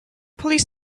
police